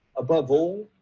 above all,